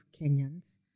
Kenyans